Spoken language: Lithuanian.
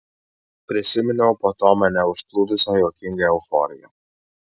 prisiminiau po to mane užplūdusią juokingą euforiją